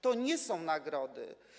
To nie są nagrody.